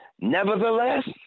Nevertheless